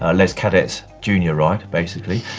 ah les cadets juniors ride basically.